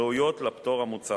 ראויות לפטור המוצע